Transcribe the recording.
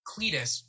Cletus